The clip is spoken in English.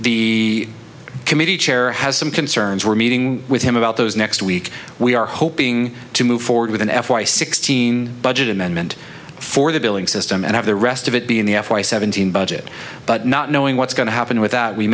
the committee chair has some concerns were meeting with him about those next week we are hoping to move forward with an f y sixteen budget amendment for the billing system and have the rest of it be in the f y seventeen budget but not knowing what's going to happen with that we